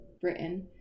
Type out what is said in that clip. Britain